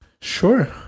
Sure